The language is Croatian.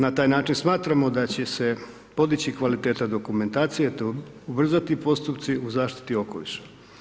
Na taj način smatramo da će se podići kvaliteta dokumentacije te ubrzati postupci u zaštiti okoliša.